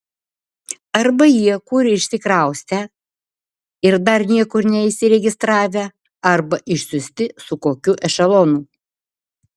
arba jie kur išsikraustę ir dar niekur neįsiregistravę arba išsiųsti su kokiu ešelonu